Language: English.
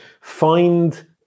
find